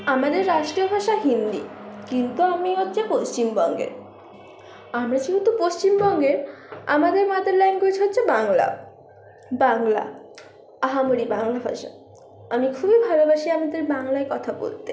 আমাদের রাষ্ট্রীয় ভাষা হিন্দি কিন্তু আমি হচ্ছি পশ্চিমবঙ্গের আমরা যেহেতু পশ্চিমবঙ্গের আমাদের মাদার ল্যাঙ্গুয়েজ হচ্ছে বাংলা বাংলা আহা মরি বাংলা ভাষা আমরা খুবই ভালোবাসি আমাদের বাংলায় কথা বলতে